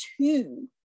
Two